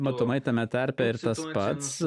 matomai tame tarpe ir tas pats